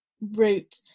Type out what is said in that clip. route